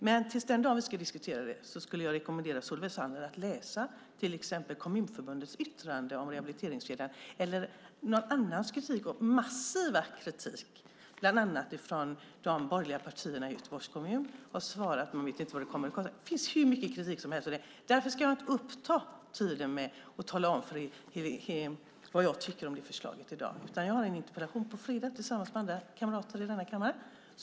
Men fram till den dag vi ska diskutera det vill jag rekommendera Solveig Zander att läsa till exempel Kommunförbundets yttrande om rehabiliteringskedjan eller någon annans massiva kritik, bland annat från de borgerliga partierna i Göteborgs kommun. De vet inte hur mycket detta kommer att kosta. Det finns hur mycket kritik som helst mot det. Därför ska jag i dag inte uppta tid med att tala om vad jag tycker om förslaget. Jag har en interpellation på fredag tillsammans med andra kamrater i denna kammare.